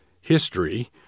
history